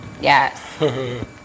Yes